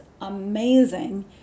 amazing